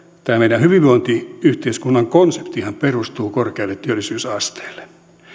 tämä meidän hyvinvointiyhteiskunnan konseptihan perustuu korkealle työllisyysasteelle